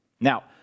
Now